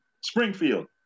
Springfield